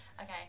Okay